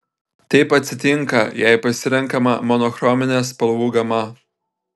taip atsitinka jei pasirenkama monochrominė spalvų gama